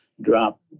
drop